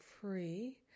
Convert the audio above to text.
free